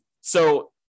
so-